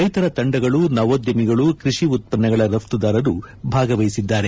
ರೈತರ ತಂಡಗಳು ನವೋದ್ದಮಿಗಳು ಕೃಷಿ ಉತ್ಪನ್ನಗಳ ರಫ್ತುದಾರರು ಭಾಗವಹಿಸಿದ್ದಾರೆ